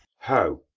how?